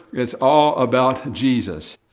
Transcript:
it's all about jesus.